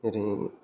ओरै